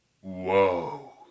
Whoa